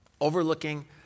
overlooking